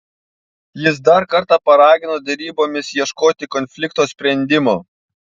jis dar kartą paragino derybomis ieškoti konflikto sprendimo